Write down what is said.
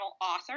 author